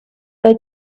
they